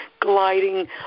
gliding